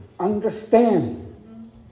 understand